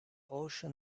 ocean